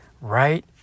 Right